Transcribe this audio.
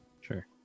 sure